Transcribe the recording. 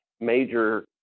major